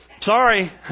sorry